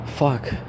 Fuck